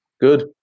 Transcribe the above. good